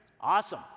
Awesome